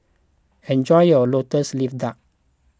enjoy your Lotus Leaf Duck